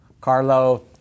Carlo